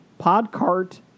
Podcart